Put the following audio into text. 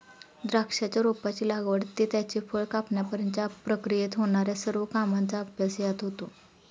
द्राक्षाच्या रोपाची लागवड ते त्याचे फळ कापण्यापर्यंतच्या प्रक्रियेत होणार्या सर्व कामांचा अभ्यास यात होतो